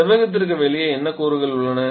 செவ்வகத்திற்கு வெளியே என்ன கூறுகள் உள்ளன